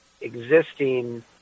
existing